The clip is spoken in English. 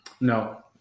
No